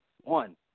One